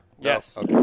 Yes